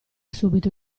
subito